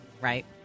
Right